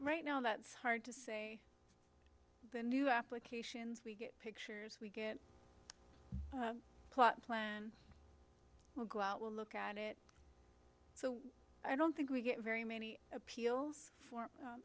right now that's hard to say the new applications we get years we get a plot plan will go out we'll look at it so i don't think we get very many appeals